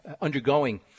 undergoing